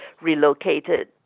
relocated